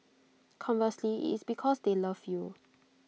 conversely IT is because they love you